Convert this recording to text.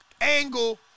angle